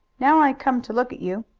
now i come to look at you,